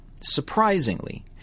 surprisingly